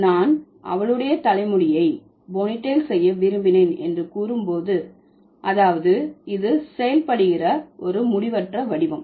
நான் அவளுடைய தலைமுடியை போனிடெயில் செய்ய விரும்பினேன் என்று கூறும்போது அதாவது இது செயல்படுகிற ஒரு முடிவற்ற வடிவம்